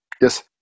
Yes